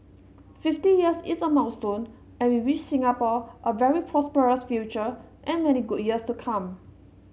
fifty years is a milestone and we wish Singapore a very prosperous future and many good years to come